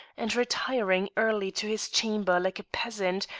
and retiring early to his chamber like a peasant,